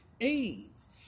AIDS